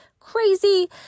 crazy